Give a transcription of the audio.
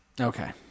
Okay